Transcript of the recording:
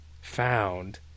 found